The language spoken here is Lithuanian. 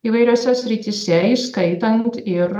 įvairiose srityse įskaitant ir